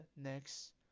next